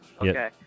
Okay